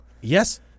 Yes